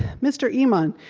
mr. emon,